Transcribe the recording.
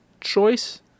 choice